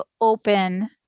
open